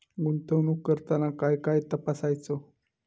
गुंतवणूक करताना काय काय तपासायच?